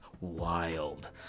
wild